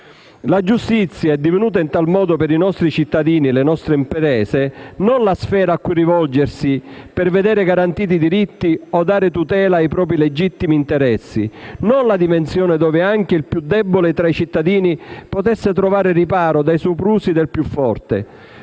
La giustizia è divenuta in tal modo per i nostri cittadini e le nostre imprese non la sfera a cui rivolgersi per vedere garantiti diritti o dare tutela ai propri legittimi interessi, non la dimensione dove anche il più debole tra i cittadini possa trovare riparo dai soprusi del più forte,